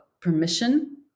permission